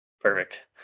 Perfect